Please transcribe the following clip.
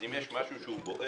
אז אם יש משהו בוער